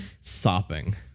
Sopping